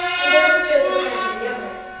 and there was joseph cantor the younger.